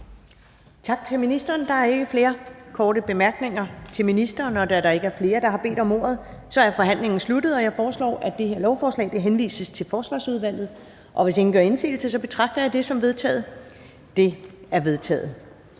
Tak til ministeren. Der er ikke flere korte bemærkninger til ministeren. Da der ikke er flere, der har bedt om ordet, er forhandlingen sluttet. Jeg foreslår, at lovforslaget henvises til Forsvarsudvalget. Hvis ingen gør indsigelse, betragter jeg det som vedtaget. Det er vedtaget.